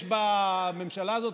יש בממשלה הזאת,